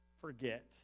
forget